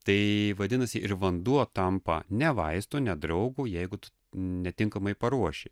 tai vadinasi ir vanduo tampa ne vaistu ne draugu jeigu tu netinkamai paruoši